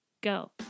go